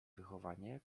wychowanie